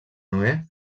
noè